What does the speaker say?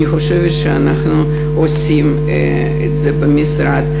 אני חושבת שאנחנו עושים את זה במשרד.